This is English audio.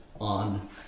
on